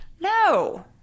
No